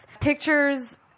Pictures